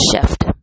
shift